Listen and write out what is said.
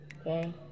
Okay